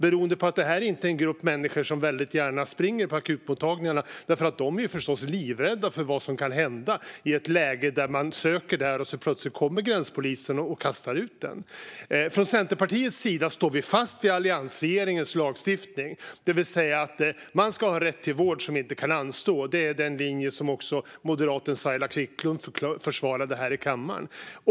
Det beror på att detta inte är en grupp människor som gärna springer på akutmottagningarna, för de är förstås livrädda för vad som kan hända i ett läge där de söker vård. Plötsligt kan gränspolisen komma och kasta ut dem. Centerpartiet står fast vid alliansregeringens lagstiftning, det vill säga att man ska ha rätt till vård som inte kan anstå. Det är den linje som moderaten Saila Quicklund försvarade här i kammaren.